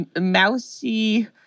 mousy